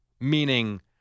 Meaning